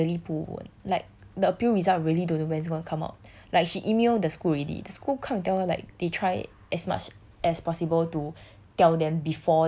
but the thing is she's really 不稳 like the appeal result really don't know when is gonna come out like she email the school already the school come and tell her like they try as much as possible to